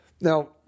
Now